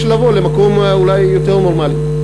או לבוא למקום אולי יותר נורמלי.